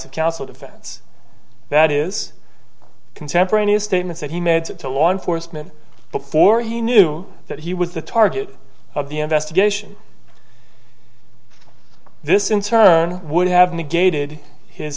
of counsel defense that is contemporaneous statements that he made that to law enforcement before he knew that he was the target of the investigation this in turn would have negated his